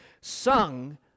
sung